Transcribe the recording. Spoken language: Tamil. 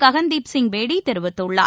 ககன்தீப் சிங் பேடி தெரிவித்துள்ளார்